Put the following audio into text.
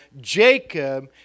Jacob